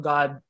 God